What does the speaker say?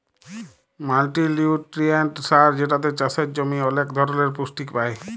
multinutrient সার যেটাতে চাসের জমি ওলেক ধরলের পুষ্টি পায়